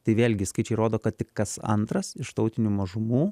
tai vėlgi skaičiai rodo kad tik kas antras iš tautinių mažumų